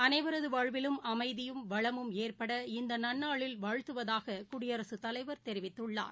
அனைவரதுவாழ்விலும் அமைதியும் வளமும் ஏற்பட இந்நந்நாளில் வாழ்த்துவதாககுடியரசுத் தலைவர் தெரிவித்துள்ளார்